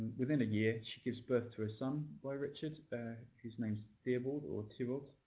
within a year, she gives birth to a son by richard. his name's theobald, or tibbot.